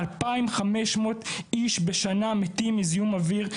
2,500 איש מתים בשנה מזיהום אוויר.